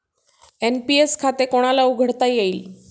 NPS खाते कोणाला उघडता येईल?